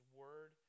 word